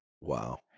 Wow